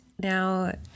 Now